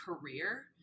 career